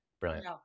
Brilliant